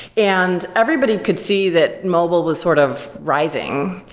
and everybody could see that mobile was sort of rising,